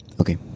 Okay